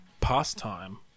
Pastime